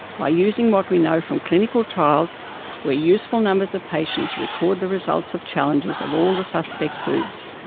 by using what we know from clinical trials where useful numbers of patients record the results of challenges of all the suspect foods.